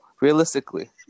Realistically